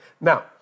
Now